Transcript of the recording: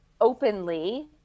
openly